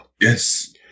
Yes